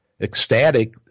ecstatic